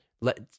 let